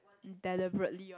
deliberately